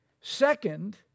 Second